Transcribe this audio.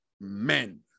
men